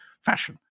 fashion